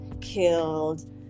killed